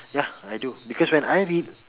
ya I do because when I read